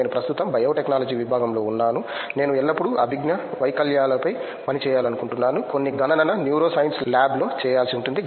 నేను ప్రస్తుతం బయోటెక్నాలజీ విభాగంలో ఉన్నాను నేను ఎల్లప్పుడూ అభిజ్ఞా వైకల్యాలపై పనిచేయాలనుకుంటున్నాను కొన్ని గణన న్యూరోసైన్స్ ల్యాబ్లో చేయాల్సిఉంటుంది